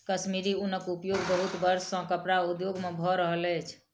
कश्मीरी ऊनक उपयोग बहुत वर्ष सॅ कपड़ा उद्योग में भ रहल अछि